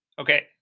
Okay